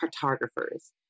cartographers